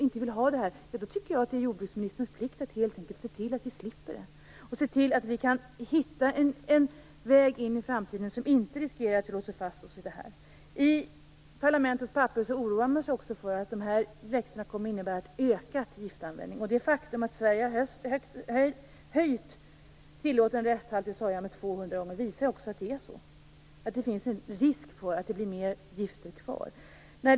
inte vill ha detta, tycker jag att det är jordbruksministerns plikt att se till att vi slipper. Hon skall se till att vi hittar en väg in i framtiden där vi inte riskerar att vi låser fast oss i detta. I parlamentets papper oroar man sig för att de växterna kommer att innebära en ökad användning av gifter. Det faktum att man i Sverige har höjt tillåten resthalt i sojan visar att det är så. Det finns en risk för att fler gifter blir kvar.